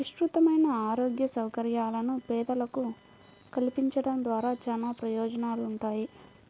విస్తృతమైన ఆరోగ్య సౌకర్యాలను పేదలకు కల్పించడం ద్వారా చానా ప్రయోజనాలుంటాయి